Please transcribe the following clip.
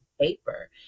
paper